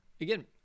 again